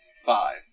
Five